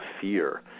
fear